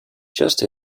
just